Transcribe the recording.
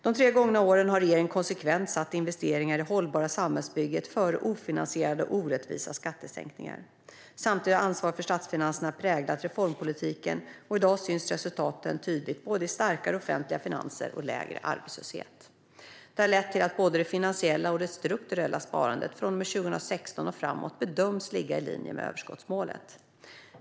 De tre gångna åren har regeringen konsekvent satt investeringar i det hållbara samhällsbygget före ofinansierade och orättvisa skattesänkningar. Samtidigt har ansvar för statsfinanserna präglat reformpolitiken, och i dag syns resultaten tydligt i både starkare offentliga finanser och lägre arbetslöshet. Detta har lett till att både det finansiella och det strukturella sparandet från och med 2016 och framåt bedöms ligga i linje med överskottsmålet.